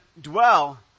dwell